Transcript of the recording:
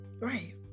Right